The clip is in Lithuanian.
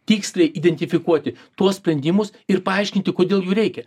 tiksliai identifikuoti tuos sprendimus ir paaiškinti kodėl jų reikia